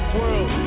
world